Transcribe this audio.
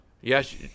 Yes